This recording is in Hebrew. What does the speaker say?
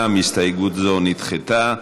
גם הסתייגות זו נדחתה.